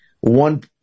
one